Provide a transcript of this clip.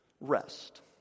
rest